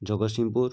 Jagatsinghpur